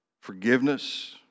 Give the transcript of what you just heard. Forgiveness